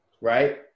right